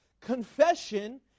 Confession